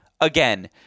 Again